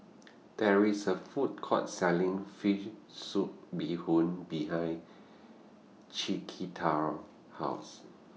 There IS A Food Court Selling Fish Soup Bee Hoon behind Chiquita's House